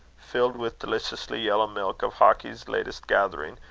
filled with deliciously yellow milk of hawkie's latest gathering,